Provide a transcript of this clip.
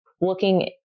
looking